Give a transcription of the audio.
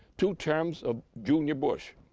two terms of junior bush